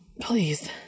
please